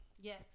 Yes